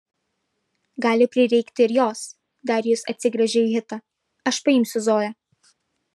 gali prireikti ir jos darijus atsigręžė į hitą aš paimsiu zoją